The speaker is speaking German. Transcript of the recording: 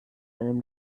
einem